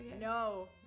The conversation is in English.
No